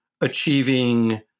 achieving